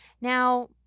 Now